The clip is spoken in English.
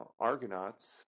Argonauts